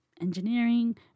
engineering